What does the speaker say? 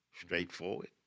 straightforward